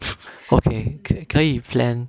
oh okay 可以 plan